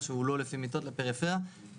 שירותים נתמכים, אמרת MRI. לא.